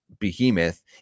behemoth